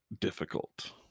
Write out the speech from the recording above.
difficult